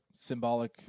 Symbolic